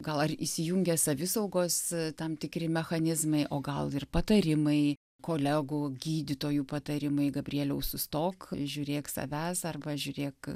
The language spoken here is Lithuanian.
gal ar įsijungia savisaugos tam tikri mechanizmai o gal ir patarimai kolegų gydytojų patarimai gabrieliau sustok žiūrėk savęs arba žiūrėk